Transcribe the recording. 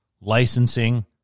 licensing